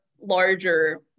larger